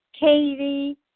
katie